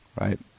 right